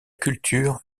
culture